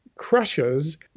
crushes